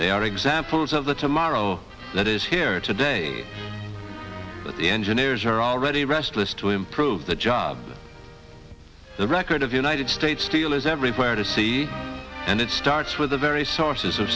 they are examples of the tomorrow that is here today but the engineers are already restless to improve the job the record of united states feel is everywhere to see and it starts with the very sources